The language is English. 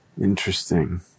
Interesting